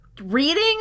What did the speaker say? reading